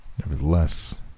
Nevertheless